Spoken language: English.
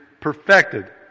perfected